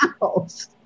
house